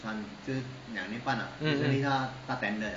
mm mm